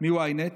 מ-ynet